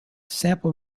sample